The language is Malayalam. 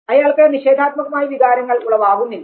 അയാൾക്ക് നിഷേധാത്മകമായ വികാരങ്ങൾ ഉളവാകുന്നില്ല